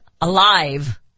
alive